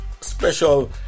special